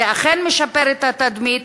זה אכן משפר את התדמית,